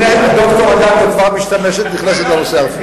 ד"ר אדטו נכנסת לנושא אף היא.